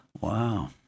Wow